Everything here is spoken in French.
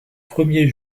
premiers